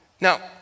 Now